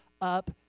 up